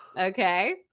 Okay